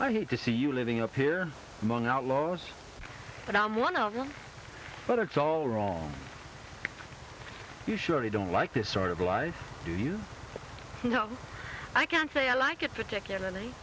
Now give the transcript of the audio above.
i hate to see you living up here among outlaws but i'm one of them but it's all wrong you surely don't like this sort of life do you know i can't say i like it particularly